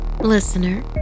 Listener